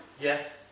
Yes